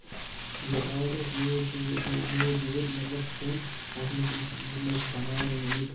یہِ آرٹ اوس یوٗت یوٗت یوٗت یوٗت مطلب سون اَتھ منٛز یِم ٲسۍ بَناوان یِم اَمیِکۍ